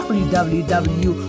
www